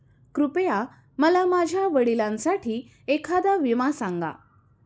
कृपया मला माझ्या वडिलांसाठी एखादा विमा सांगा